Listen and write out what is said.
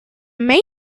main